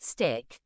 Stick